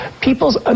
People's